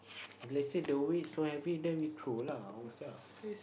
if let say the weight so heavy then we throw lah own self